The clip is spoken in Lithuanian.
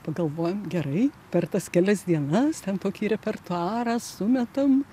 pagalvojam gerai per tas kelias dienas ten tokį repertuarą sumetam